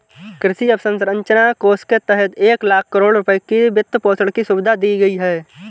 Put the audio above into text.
कृषि अवसंरचना कोष के तहत एक लाख करोड़ रुपए की वित्तपोषण की सुविधा दी गई है